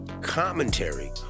commentary